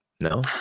No